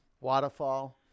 Waterfall